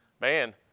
Man